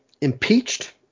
impeached